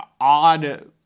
odd